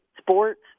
sports